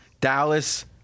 Dallas